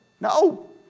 No